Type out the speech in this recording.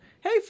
Hey